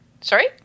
Sorry